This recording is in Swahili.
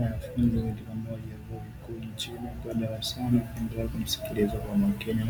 Wanafunzi katika moja ya vyuo vikuu nchini wakiwa darasani wakiendelea kumsikiliza kwa makini